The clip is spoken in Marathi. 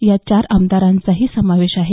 यात चार आमदारांचाही समावेश आहे